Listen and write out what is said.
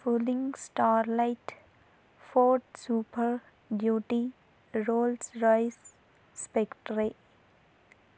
pooling starlight Ford super duty Rolls Royce Spectre